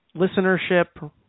listenership